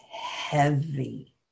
heavy